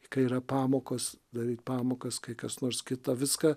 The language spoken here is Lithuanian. kai yra pamokos daryt pamokas kai kas nors kita viską